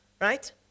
right